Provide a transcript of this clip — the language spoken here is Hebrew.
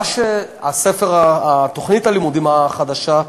תוכנית הלימודים החדשה,